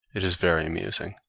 it is very amusing.